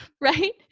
right